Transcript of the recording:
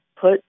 put